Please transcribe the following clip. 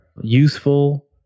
useful